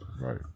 Right